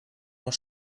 noch